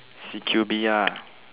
C_Q_B lah